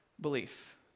belief